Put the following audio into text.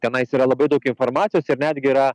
tenais yra labai daug informacijos ir netgi yra